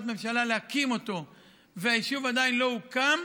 ממשלה להקים אותו והיישוב עדיין לא הוקם,